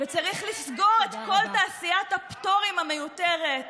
וצריך לסגור את כל תעשיית הפטורים המיותרת,